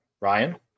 Ryan